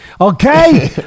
okay